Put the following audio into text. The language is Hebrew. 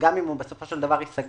וגם אם הוא בסופו של דבר ייסגר,